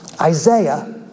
Isaiah